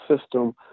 system